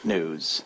news